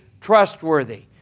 trustworthy